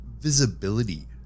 Visibility